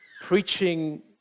preaching